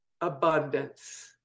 abundance